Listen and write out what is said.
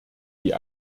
die